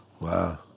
Wow